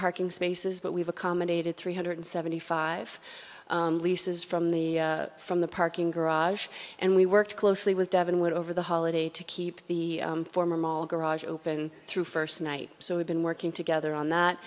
parking spaces but we've accommodated three hundred seventy five leases from the from the parking garage and we work closely with devon wood over the holiday to keep the former mall garage open through first night so we've been working together on that